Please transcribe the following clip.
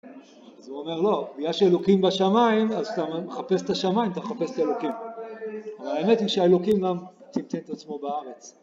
אז הוא אומר לא, בגלל שאלוקים בשמיים, אז אתה מחפש את השמיים, אתה מחפש את אלוקים אבל האמת היא שהאלוקים גם תמצא את עצמו בארץ